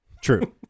True